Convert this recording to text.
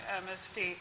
MSD